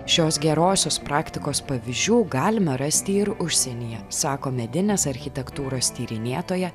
šios gerosios praktikos pavyzdžių galima rasti ir užsienyje sako medinės architektūros tyrinėtoja